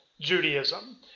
Judaism